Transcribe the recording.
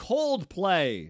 Coldplay